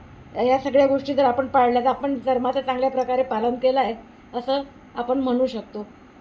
या सगळ्या गोष्टी जर आपण पाळल्या तर आपण धर्माचं चांगल्या प्रकारे पालन केलं आहे असं आपण म्हणू शकतो